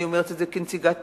אני אומרת את זה כנציגת ציבור,